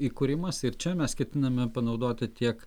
įkūrimas ir čia mes ketiname panaudoti tiek